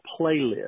Playlist